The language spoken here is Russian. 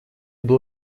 был